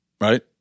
right